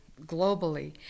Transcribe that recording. globally